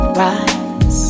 rise